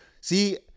See